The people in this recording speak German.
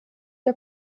der